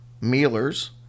Mealers